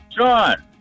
John